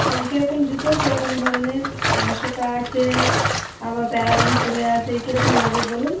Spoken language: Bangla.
হ্যাঁ কীরকম জুতো কীরকম ধরনের অশোকা আছে আবার প্যারাগন সোলে আছে কীরকম লাগবে বলুন